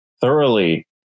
thoroughly